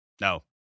no